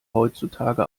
heutzutage